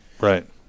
Right